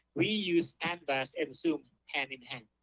we use canvas and zoom, hand-in-hand.